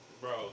Bro